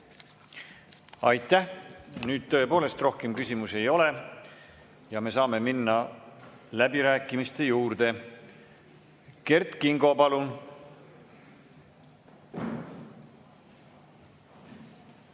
Aitäh! Nüüd tõepoolest rohkem küsimusi ei ole ja me saame minna läbirääkimiste juurde. Kert Kingo, palun!